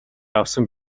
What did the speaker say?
авсан